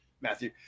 Matthew